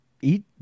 Eat